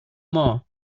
more